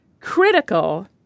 critical